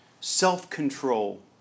Self-control